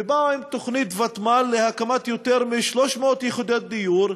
להקמת יותר מ-300 יחידות דיור,